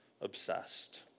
obsessed